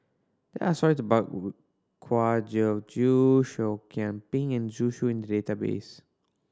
there're stories about Kwa Geok Choo Seah Kian Peng and Zhu Xu in the database